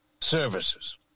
services